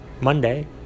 Monday